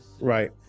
Right